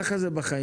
כך זה בחיים.